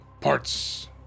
Parts